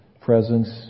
presence